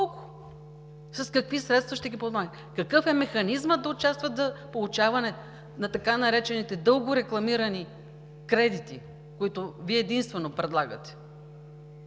С какви средства ще ги подпомагате, какъв е механизмът да участват в получаване на така наречените дълго рекламирани кредити, които Вие единствено предлагате?